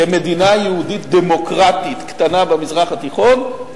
כמדינה יהודית דמוקרטית קטנה במזרח התיכון,